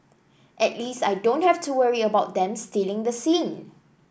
at least I don't have to worry about them stealing the scene